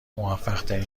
موفقترین